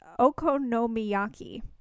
okonomiyaki